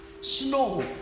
snow